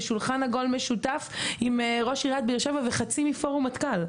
בשולחן עגול משותף עם ראש עיריית באר שבע וחצי מפורום מטכ"ל.